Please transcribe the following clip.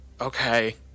Okay